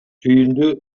түйүндү